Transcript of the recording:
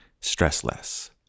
stressless